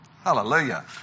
Hallelujah